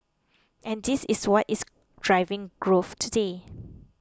and this is what is driving growth today